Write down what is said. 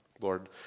Lord